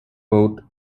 boat